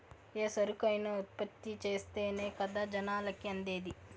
ఏ సరుకైనా ఉత్పత్తి చేస్తేనే కదా జనాలకి అందేది